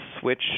switch